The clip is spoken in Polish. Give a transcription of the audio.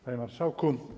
Panie Marszałku!